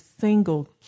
single